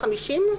50 איש?